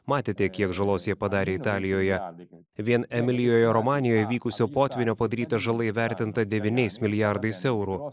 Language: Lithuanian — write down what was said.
matėte kiek žalos jie padarė italijoje vien emilijoje romanijoje vykusio potvynio padaryta žala įvertinta devyniais milijardais eurų